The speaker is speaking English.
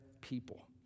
people